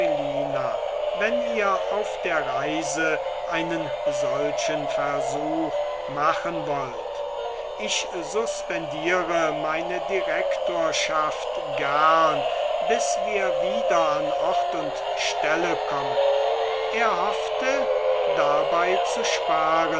melina wenn ihr auf der reise einen solchen versuch machen wollt ich suspendiere meine direktorschaft gern bis wir wieder an ort und stelle kommen er hoffte dabei zu sparen